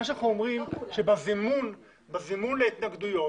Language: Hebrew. אנחנו אומרים שבזימון להתנגדויות,